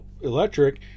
Electric